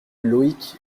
loïc